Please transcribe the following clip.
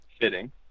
fitting